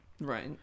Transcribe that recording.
Right